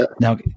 now